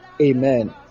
Amen